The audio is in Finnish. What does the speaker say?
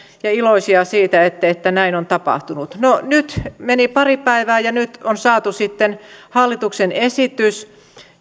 ja iloisia siitä että näin on tapahtunut no nyt meni pari päivää ja nyt on saatu sitten hallituksen esitys